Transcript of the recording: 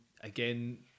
again